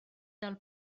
del